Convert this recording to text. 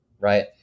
right